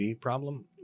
problem